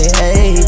hey